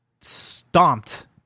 stomped